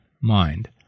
mind